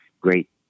great